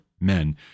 men